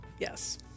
yes